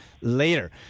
later